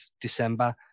December